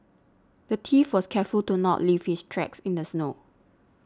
the thief was careful to not leave his tracks in the snow